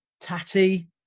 tatty